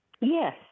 Yes